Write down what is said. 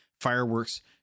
fireworks